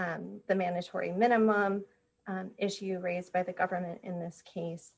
the mandatory minimum issue raised by the government in this case